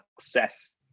success